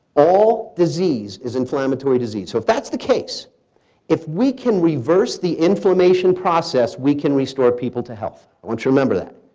all disease is inflammatory disease. if that's the case if we can reverse the information process, we can restore people to health. i want you to remember that.